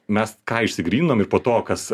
mes ką išsigryninom ir po to kas